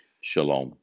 Shalom